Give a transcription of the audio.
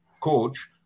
coach